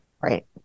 Right